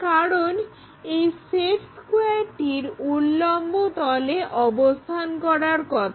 কারণ এই সেট স্কোয়্যারটির উল্লম্ব তলে অবস্থান করার কথা